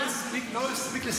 לא הספיק לסיים.